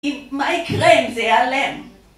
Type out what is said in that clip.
מה יקרה אם זה יעלם